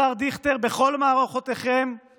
השר דיכטר "בכל מערכותיכם /